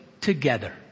together